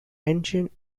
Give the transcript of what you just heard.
engined